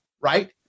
right